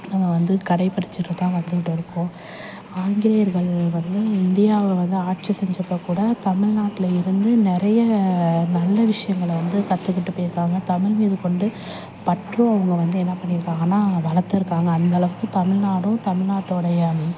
நம்ம வந்து கடைப்பிடிச்சுட்டுதான் வந்துக்கிட்டு இருக்கோம் ஆங்கிலேயர்கள் வந்து இந்தியாவை வந்து ஆட்சி செஞ்சப்போக்கூட தமிழ்நாட்ல இருந்து நிறைய நல்ல விஷயங்கள வந்து கற்றுக்கிட்டு போயிருக்காங்க தமிழ் மீது கொண்டு பற்றும் அவங்க வந்து என்ன பண்ணியிருக்காங்கன்னால் வளர்த்துருக்காங்க அந்த அளவுக்கு தமிழ்நாடும் தமிழ்நாட்டோடைய அந்த